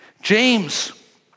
James